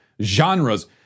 Genres